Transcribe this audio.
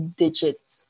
digits